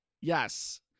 Yes